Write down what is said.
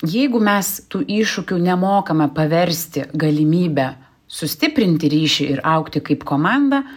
jeigu mes tų iššūkių nemokame paversti galimybe sustiprinti ryšį ir augti kaip komanda